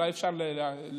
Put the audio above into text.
אולי אפשר לשער,